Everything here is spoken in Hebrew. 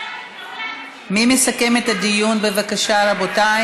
מיכל בירן, אינה נוכחת.